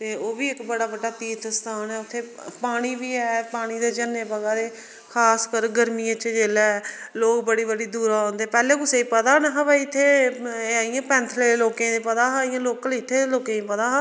ते ओह् बी इक्क बड़ा बड्डा तीर्थ स्थान ऐ उत्थै पानी बी ऐ पानी दे झरने बगा दे खास कर गर्मियें च जेल्लै लोग बड़ी बड़ी दूरां आंदे पैहले कुसा गी पता नहा भाई इत्थै ऐ इयां पैंथले दे लोकें गी पता हा इयां लोकल इत्थै लोकें गी पता हा